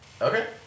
Okay